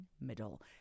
middle